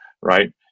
right